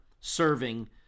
serving